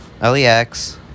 L-E-X